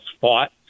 fought